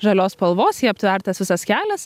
žalios spalvos ja aptvertas visas kelias